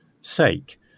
sake